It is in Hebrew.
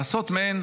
לעשות מעין